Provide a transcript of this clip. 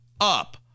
up